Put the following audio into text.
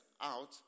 out